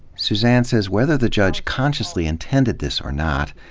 suzanne says whether the judge consciously intended this or not,